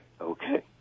Okay